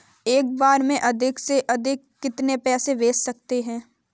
एक बार में अधिक से अधिक कितने पैसे भेज सकते हैं?